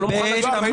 אתה לא מוכן כלום.